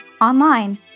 online